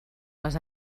les